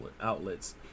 outlets